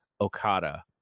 Okada